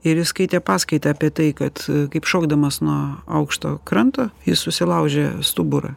ir jis skaitė paskaitą apie tai kad kaip šokdamas nuo aukšto kranto jis susilaužė stuburą